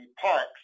parks